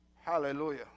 Hallelujah